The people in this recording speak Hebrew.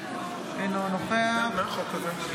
אינה נוכחת יוליה מלינובסקי,